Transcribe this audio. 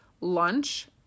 lunch